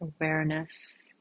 awareness